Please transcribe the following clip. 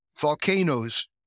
volcanoes